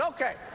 Okay